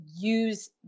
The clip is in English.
use